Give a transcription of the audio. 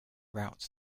rout